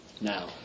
now